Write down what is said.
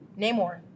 Namor